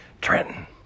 Trenton